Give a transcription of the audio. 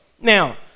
Now